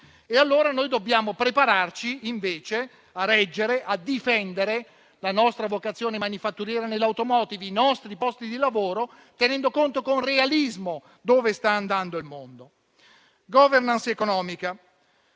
diversa. Dobbiamo prepararci invece a reggere e a difendere la nostra vocazione manifatturiera nell'*automotive* e i nostri posti di lavoro, tenendo conto con realismo di dove sta andando il mondo. Quanto alla *governance* economica,